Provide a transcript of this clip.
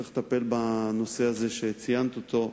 צריך לטפל בנושא הזה שציינת אותו.